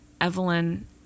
Evelyn